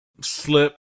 slip